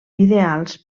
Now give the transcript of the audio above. ideals